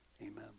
Amen